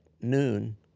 noon